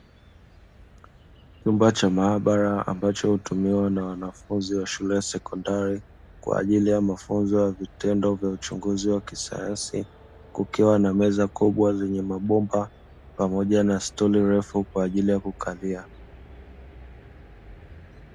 Chumba cha maabara ambacho hutumiwa na wanafunzi wa shule ya sekondari kwa ajili ya mafunzo ya vitendo ya uchunguzi wa kisayansi, huku kukiwa na meza kubwa zenye mabomba pamoja na stuli refu kwa ajili ya kukalia.